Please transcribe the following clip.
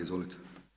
Izvolite.